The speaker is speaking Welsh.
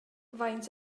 faint